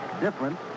different